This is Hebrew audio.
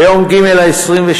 ביום ג', 23